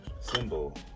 symbol